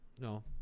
no